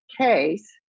case